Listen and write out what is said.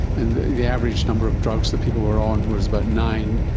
and the average number of drugs that people were on was about nine,